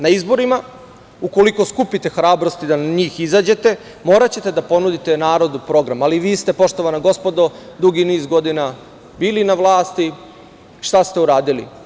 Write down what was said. Na izborima, ukoliko skupite hrabrosti da na njih izađete, moraćete da ponudite narodu program, ali, vi ste poštovana gospodo, dugi niz godina bili na vlasti, šta ste uradili.